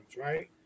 right